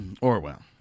Orwell